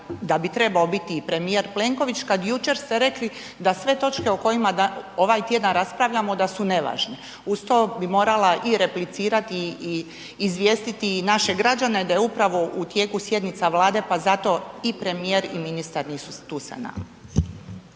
da bi trebao biti i premijer Plenković, kad jučer ste rekli da sve točke o kojima ovaj tjedan raspravljamo da su nevažne. Uz to bi morala i replicirati i, i izvijestiti i naše građane da je upravo u tijeku sjednica Vlade, pa zato i premijer i ministar nisu tu sa nama.